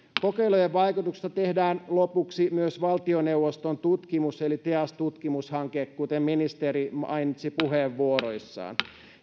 kokeilujen vaikutuksista tehdään lopuksi myös valtioneuvoston tutkimus eli teas tutkimushanke kuten ministeri mainitsi puheenvuoroissaan